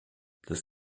das